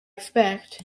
expect